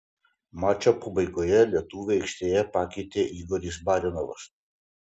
mačo pabaigoje lietuvį aikštėje pakeitė igoris barinovas